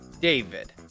David